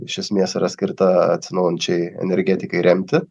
iš esmės yra skirta atsinaujinančiai energetikai remti